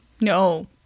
No